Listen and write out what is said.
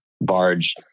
barge